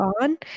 on